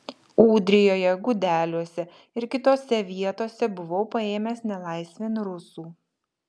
ūdrijoje gudeliuose ir kitose vietose buvau paėmęs nelaisvėn rusų